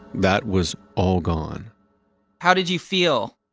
that was all gone how did you feel?